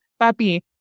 papi